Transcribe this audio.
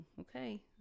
okay